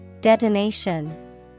Detonation